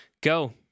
Go